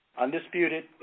Undisputed